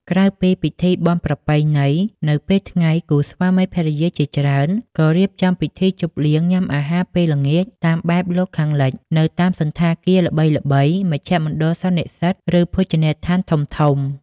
ក្រៅពីពិធីបុណ្យប្រពៃណីនៅពេលថ្ងៃ គូស្វាមីភរិយាជាច្រើនក៏រៀបចំ ពិធីជប់លៀងញាំអាហារពេលល្ងាចតាមបែបលោកខាងលិច នៅតាមសណ្ឋាគារល្បីៗ មជ្ឈមណ្ឌលសន្និបាត ឬភោជនីយដ្ឋានធំៗ ។